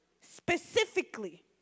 specifically